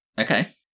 Okay